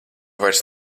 vairs